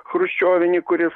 chruščiovinį kuris